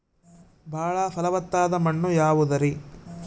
ಬಾಳ ಫಲವತ್ತಾದ ಮಣ್ಣು ಯಾವುದರಿ?